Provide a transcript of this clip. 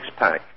Sixpack